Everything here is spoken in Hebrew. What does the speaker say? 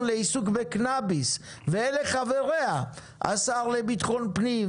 לעיסוק בקנאביס ואלה חבריה: השר לביטחון פנים,